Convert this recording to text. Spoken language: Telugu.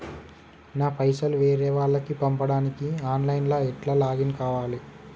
నా పైసల్ వేరే వాళ్లకి పంపడానికి ఆన్ లైన్ లా ఎట్ల లాగిన్ కావాలి?